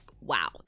wow